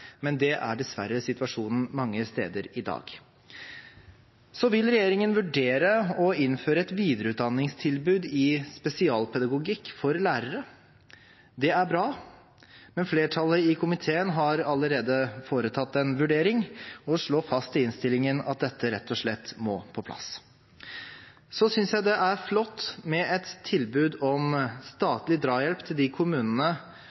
men det er dessverre situasjonen mange steder i dag. Regjeringen vil vurdere å innføre et videreutdanningstilbud i spesialpedagogikk for lærere. Det er bra, men flertallet i komiteen har allerede foretatt en vurdering og slår fast i innstillingen at dette rett og slett må på plass. Så synes jeg det er flott med et tilbud om statlig drahjelp til de kommunene